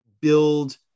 build